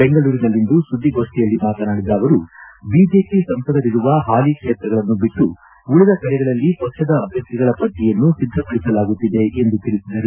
ಬೆಂಗಳೂರಿನಲ್ಲಿಂದು ಸುದ್ದಿಗೋಷ್ಠಿಯಲ್ಲಿ ಮಾತನಾಡಿದ ಅವರು ಬಿಜೆಪಿ ಸಂಸದರಿರುವ ಪಾಲಿ ಕ್ಷೇತ್ರಗಳನ್ನು ಬಿಟ್ಟು ಉಳಿದ ಕಡೆಗಳಲ್ಲಿ ಪಕ್ಷದ ಅಭ್ಯರ್ಥಿಗಳ ಪಟ್ಟಿಯನ್ನು ಸಿದ್ಧಪಡಿಸಲಾಗುತ್ತಿದೆ ಎಂದು ತಿಳಿಸಿದರು